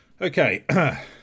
okay